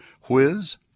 whiz